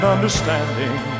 understanding